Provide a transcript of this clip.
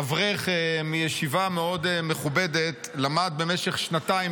אברך מישיבה מאוד מכובדת למד במשך שנתיים